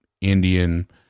Indian